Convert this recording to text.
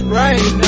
right